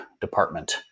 department